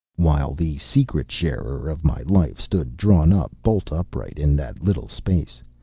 while the secret sharer of my life stood drawn up bolt upright in that little space,